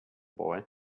boy